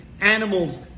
animals